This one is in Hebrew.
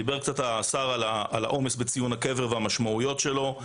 דיבר קצת סגן השר על העומס בציון הקבר והמשמעויות שלו,